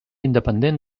independent